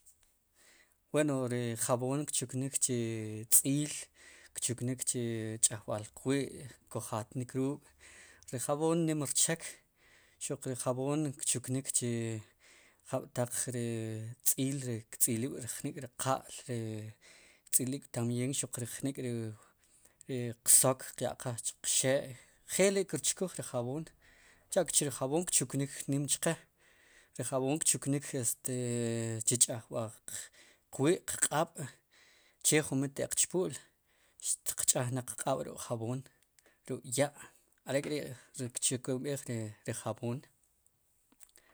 Wen ri jaboom kchuknik chi tz'iil kchuknik chi ch'ajb'al qwi' kujatnik ruuk' ri jab'oon nim rchek xuq ri jab'oom kchunik chi ri jab'taq ri tz'iil ri ktz'ilib' jnik ri qa'l ktz'ilib'tambien jnik riq sok qya'laqaj chiqxe' njelri' kirchkuj ri jab'oom cha'chu ri jab'oom kchuknik nim chqe ri jab'oom kchunik este chu ch'ajb'al qwi' qq'aab' che ju mi tiq chpu'l xtiq ch'ajne qq'ab'ruk'jab'oom ruk' ya' are'kri' ki rchukumb'ej ri jab'oom.